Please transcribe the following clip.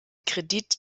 kredit